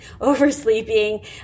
oversleeping